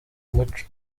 umuco